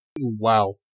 Wow